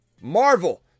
Marvel